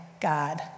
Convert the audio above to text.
God